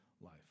life